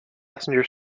passenger